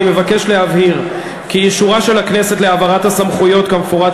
אני מבקש להבהיר כי אישורה של הכנסת להעברת הסמכויות כמפורט